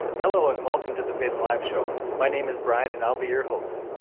hello and welcome to the faith alive show. my name is brian and i'll be your host.